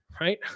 right